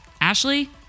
Ashley